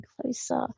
closer